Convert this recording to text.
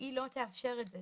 והיא לא תאפשר את זה.